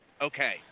Okay